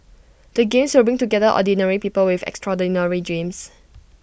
the games will bring together ordinary people with extraordinary dreams